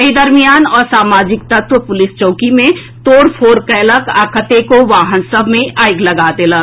एहि दरमियान आसामाजिक तत्व पुलिस चौकी मे तोड़ फोड़ कयलक आ कतेको वाहन सभ मे आगि लगा देलक